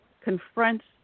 confronts